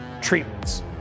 treatments